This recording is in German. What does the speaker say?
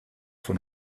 von